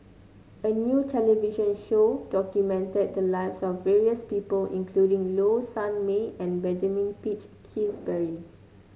a new television show documented the lives of various people including Low Sanmay and Benjamin Peach Keasberry